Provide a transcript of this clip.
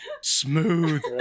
Smooth